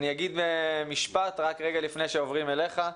אגיד משפט לפני שעוברים אליך,